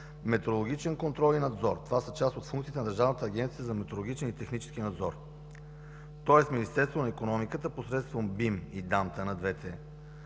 метрологичен контрол и надзор. Това са част от функциите на Държавната агенция за метрологичен и технически надзор. Тоест, Министерството на икономиката посредством БИМ и ДАМТ – двете